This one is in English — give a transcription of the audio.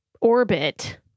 orbit